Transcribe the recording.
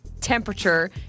temperature